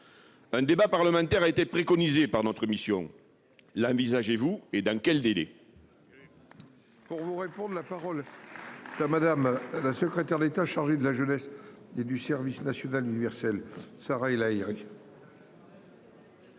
Un débat parlementaire a été préconisée par notre mission l'envisagez-vous et dans quel délai.